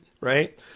right